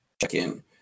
check-in